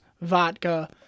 vodka